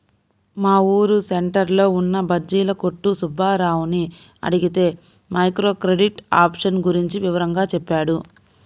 మా ఊరు సెంటర్లో ఉన్న బజ్జీల కొట్టు సుబ్బారావుని అడిగితే మైక్రో క్రెడిట్ ఆప్షన్ గురించి వివరంగా చెప్పాడు